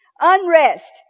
unrest